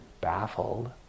baffled